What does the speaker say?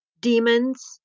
demons